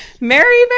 Merry